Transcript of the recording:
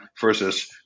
versus